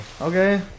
okay